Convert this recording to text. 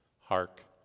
Hark